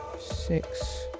six